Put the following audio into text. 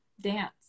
dance